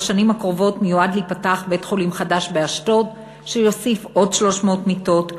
בשנים הקרובות מיועד להיפתח בית-חולים חדש באשדוד שיוסיף עוד 300 מיטות.